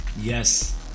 Yes